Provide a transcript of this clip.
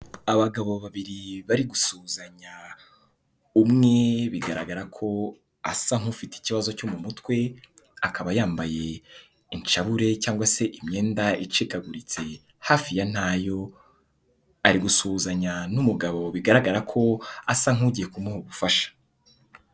Abagabo babiri bari gusuhuzanya umwe bigaragara ko asa nk'ufite ikibazo cyo mu mutwe akaba yambaye incabure cyangwa se imyenda icikaguritse hafi ya ntayo,. ari gusuhuzanya n'umugabo bigaragara ko asa nk'ugiye kumuha ubufasha.